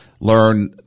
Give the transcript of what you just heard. learn